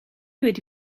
wedi